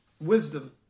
Wisdom